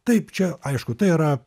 taip čia aišku tai yra